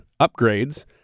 upgrades